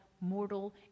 mortal